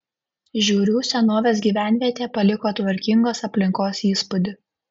žiūrių senovės gyvenvietė paliko tvarkingos aplinkos įspūdį